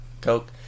Coke